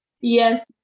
Yes